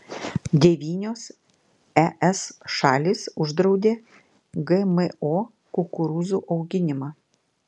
devynios es šalys uždraudė gmo kukurūzų auginimą